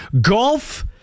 golf